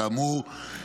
כאמור,